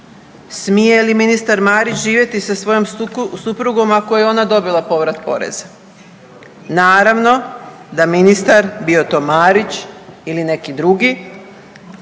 Smije li ministar Marić živjeti sa svojom suprugom ako je ona dobila povrat poreza? Naravno da ministar bio to Marić ili neki drugi